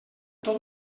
tot